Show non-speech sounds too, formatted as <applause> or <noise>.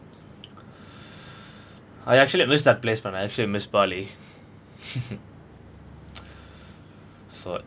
I actually miss that place when I actually miss bali <laughs> <noise> so